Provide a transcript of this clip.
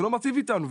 זה לא מיטיב איתנו.